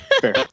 Fair